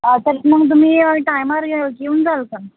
तर मग तुम्ही टायमवर ये येऊन जाल का